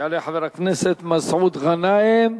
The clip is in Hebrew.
יעלה חבר הכנסת מסעוד גנאים,